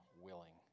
willing